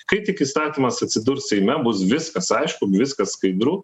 kai tik įstatymas atsidurs seime bus viskas aišku viskas skaidru